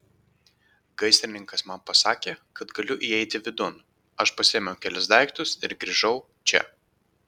gaisrininkas man pasakė kad galiu įeiti vidun aš pasiėmiau kelis daiktus ir grįžau čia